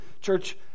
church